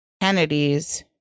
kennedy's